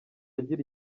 agira